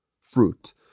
fruit